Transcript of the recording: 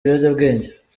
ibiyobyabwenge